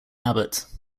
abbot